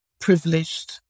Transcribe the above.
privileged